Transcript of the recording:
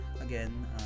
Again